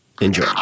Enjoy